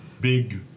big